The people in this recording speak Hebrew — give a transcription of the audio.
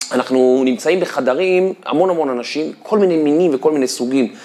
אנחנו נמצאים בחדרים, המון המון אנשים, כל מיני מינים וכל מיני סוגים.